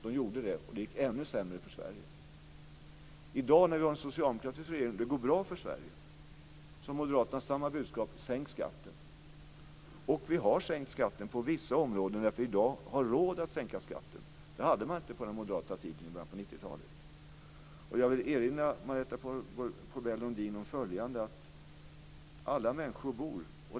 De gjorde det, och det gick ännu sämre för I dag när vi har en socialdemokratisk regering och det går bra för Sverige har moderaterna samma budskap: Sänk skatten! Vi har sänkt skatten på vissa områden, därför att vi i dag har råd att sänka skatten. Det hade man inte på den moderata tiden i början av 90-talet. Jag vill erinra Marietta de Pourbaix-Lundin om följande: Alla människor bor.